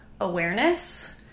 awareness